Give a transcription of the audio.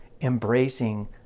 embracing